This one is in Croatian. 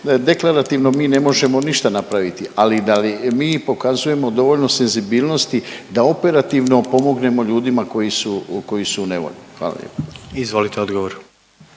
deklarativno mi ne možemo ništa napraviti, ali da li mi pokazujemo dovoljno senzibilnosti da operativno pomognemo ljudima koji su, koji su u nevolji. Hvala.